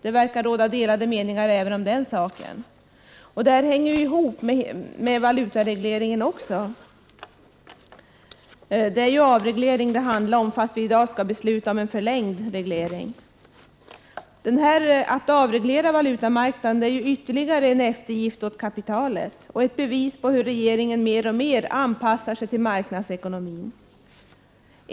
Det verkar råda delade meningar även om den saken. Det hänger faktiskt ihop med valutaregleringen. Det handlar ju om avreglering, men i dag skall vi fatta beslut om en förlängning av valutaregleringen. Att avreglera valutamarknaden är ytterligare en eftergift åt kapitalet och ett bevis på hur regeringen mer och mer anpassar sig till marknadsekonomin.